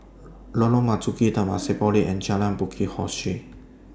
Lorong Marzuki Temasek Polytechnic and Jalan Bukit Ho Swee